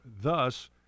Thus